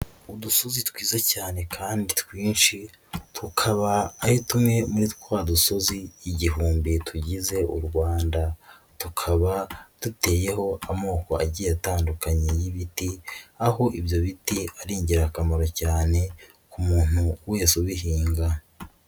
Udusozi twiza cyane kandi twinshi, tukaba ari tumwe muri twa dusozi igihumbi tugize u Rwanda, tukaba duteyeho amoko agiye atandukanye y'ibiti, aho ibyo biti ari ingirakamaro cyane ku muntu wese ubihinga.